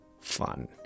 fun